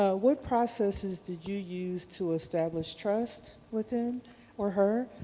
ah what processes did you use to establish trust with him or her?